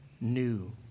new